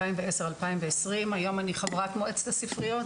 2010-2020. היום אני חברת מועצת הספריות.